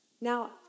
Now